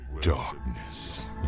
darkness